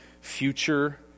future